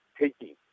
taking